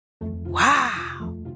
Wow